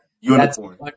unicorn